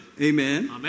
Amen